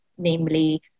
Namely